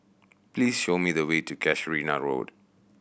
please show me the way to Casuarina Road